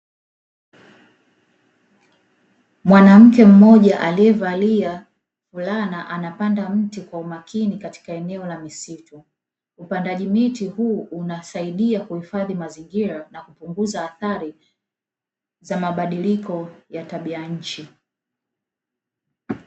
Mwanamke mmoja aliyevalia fulana anapanda mti kwa umakini katika eneo la misitu, upandaji miti huu unasaidia kuhifadhi mazingira na kupunguza athari za mabadiliko ya tabia nchi.